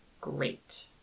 great